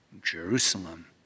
Jerusalem